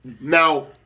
now